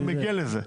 אני מגיע לזה.